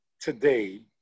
today